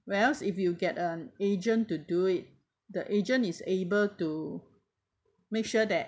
whereas if you will get an agent to do it the agent is able to make sure that